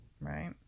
right